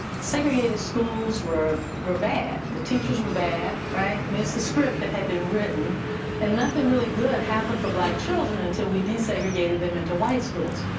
segregated schools were were bad. the teachers were bad, right. i mean it's the script that had been written and nothing really good happened for black children until we desegregated them into white schools.